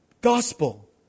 Gospel